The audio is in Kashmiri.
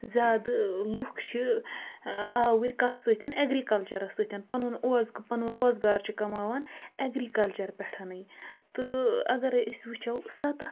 زیادٕ لُکھ چھِ آوٕرۍ کَتھ سۭتۍ اٮ۪گرِکَلچَرَس سۭتۍ پَنُن اوٚزکہٕ پَنُن روزگار چھِ کَماوان اٮ۪گرِکَلچَر پٮ۪ٹھَنٕے تہٕ اَگَرے أسۍ وٕچھو سَتَتھ